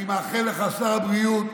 אני מאחל לך, שר הבריאות,